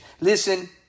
Listen